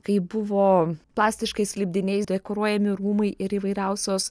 kai buvo plastiškais lipdiniais dekoruojami rūmai ir įvairiausios